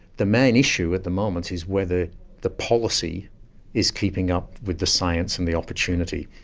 the main issue at the moment is whether the policy is keeping up with the science and the opportunity.